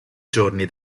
giorni